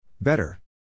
Better